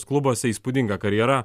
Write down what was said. klubuose įspūdinga karjera